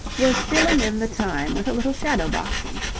was filling in the time with a little shadow boxing.